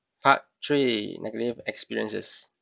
part three negative experiences